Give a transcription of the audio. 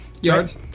Yards